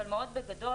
אבל מאוד בגדול